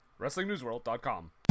WrestlingNewsWorld.com